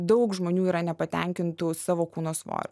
daug žmonių yra nepatenkintų savo kūno svoriu